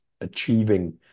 achieving